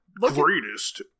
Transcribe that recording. greatest